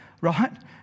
right